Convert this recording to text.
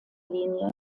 linie